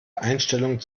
einstellung